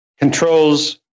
controls